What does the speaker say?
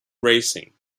racing